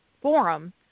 forum